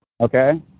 Okay